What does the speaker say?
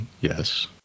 yes